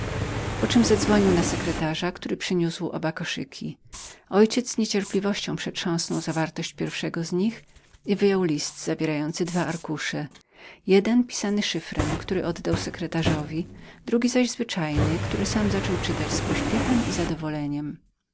po czem zadzwonił na sekretarza który przyniósł oba koszyki mój ojciec z niecierpliwością dobył papiery z pierwszego i wyjął list zawierający dwa arkusze jeden ostęplowany który oddał sekretarzowi drugi zaś zwyczajny który sam zaczął czytać z pośpiechem i zadowoleniem